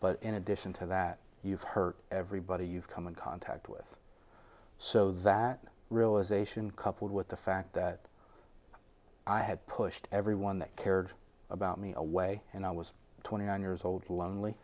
but in addition to that you've hurt everybody you've come in contact with so that realisation coupled with the fact that i had pushed everyone that cared about me away and i was twenty one years old